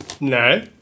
No